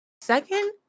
second